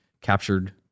captured